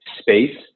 space